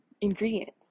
ingredients